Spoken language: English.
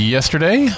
Yesterday